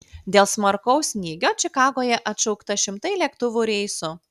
dėl smarkaus snygio čikagoje atšaukta šimtai lėktuvų reisų